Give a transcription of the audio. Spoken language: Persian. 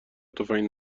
تفنگ